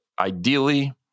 ideally